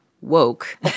woke